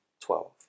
twelve